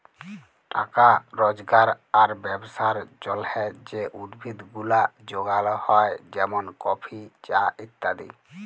টাকা রজগার আর ব্যবসার জলহে যে উদ্ভিদ গুলা যগাল হ্যয় যেমন কফি, চা ইত্যাদি